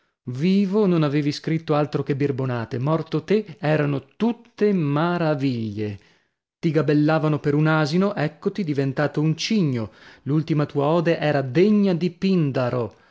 vivo non avevi scritto altro che birbonate morto te erano tutte maravigile ti gabellavano per un asino eccoti diventato un cigno l'ultima tua ode era degna di pindaro